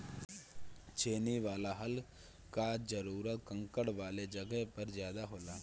छेनी वाला हल कअ जरूरत कंकड़ वाले जगह पर ज्यादा होला